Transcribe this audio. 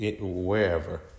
wherever